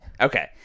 Okay